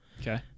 Okay